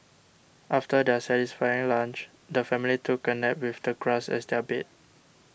after their satisfying lunch the family took a nap with the grass as their bed